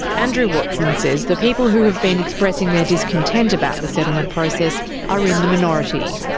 andrew watson says the people who have been expressing their discontent about the settlement process are in the minority.